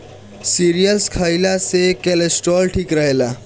cereals खइला से cholesterol ठीक रहेला